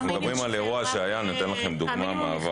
מדברים על אירוע שהיה, אני נותן לכם דוגמה מהעבר.